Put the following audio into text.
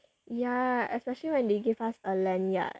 yeah especially when they give us a lanyard